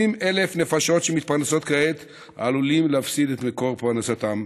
20,000 נפשות שמתפרנסות כעת עלולות להפסיד את מקור פרנסתן.